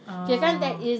oh